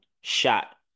shot